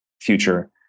future